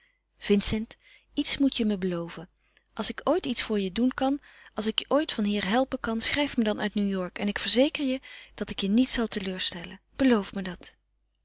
vincent iets moet je me beloven als ik ooit iets voor je doen kan als ik je ooit van hier helpen kan schrijf me dan uit new-york en ik verzeker je dat ik je niet zal teleurstellen beloof me dat